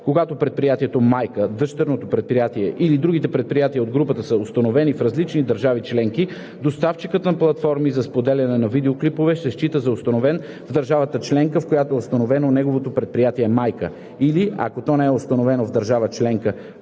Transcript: Когато предприятието майка, дъщерното предприятие или другите предприятия от групата са установени в различни държави членки, доставчикът на платформи за споделяне на видеоклипове се счита за установен в държавата членка, в която е установено неговото предприятие майка, или, ако то не е установено в държава членка,